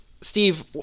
Steve